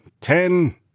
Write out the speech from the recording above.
ten